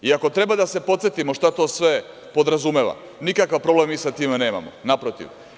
Ako treba da se podsetimo šta to sve podrazumeva, nikakav problem mi sa time nemamo, naprotiv.